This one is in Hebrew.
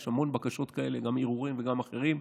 יש המון בקשות כאלה, גם ערעורים וגם אחרים,